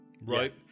Right